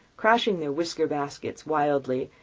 crashing their wicker baskets wildly,